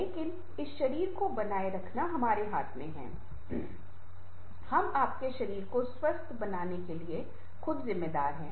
लेकिन इस शरीर को बनाए रखना हमारे हाथ में है हम आपके शरीर को स्वस्थ बनाने के लिए खुद जिम्मेदार हैं